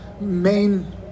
main